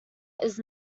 his